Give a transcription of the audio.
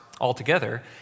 Altogether